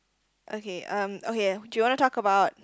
okay um okay do you want to talk about